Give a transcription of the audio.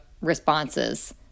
responses